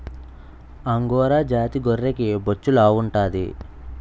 angora జాతి గొర్రెకి బొచ్చు లావుంటాది